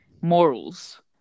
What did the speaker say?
morals